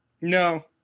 No